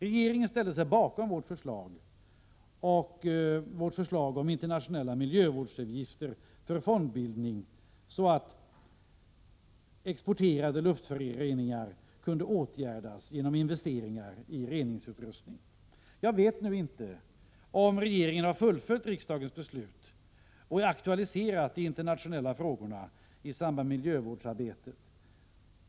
Riksdagen ställde sig bakom vårt förslag om internationella miljövårdsavgifter för fondbildning, så att exporterade luftföroreningar kunde åtgärdas genom investeringar i reningsutrustning. Jag vet nu inte om regeringen har fullföljt riksdagens beslut och aktualiserat de internationella frågorna i samband med miljövårdsarbetet.